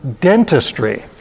dentistry